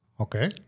Okay